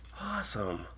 Awesome